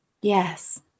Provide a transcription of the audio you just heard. Yes